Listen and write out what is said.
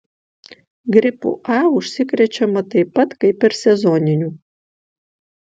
gripu a užsikrečiama taip pat kaip ir sezoniniu